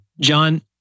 John